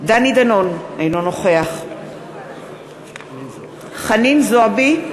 דני דנון, אינו נוכח חנין זועבי,